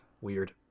Weird